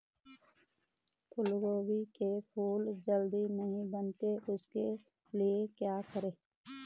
फूलगोभी के फूल जल्दी नहीं बनते उसके लिए क्या करें?